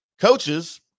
coaches